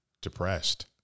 depressed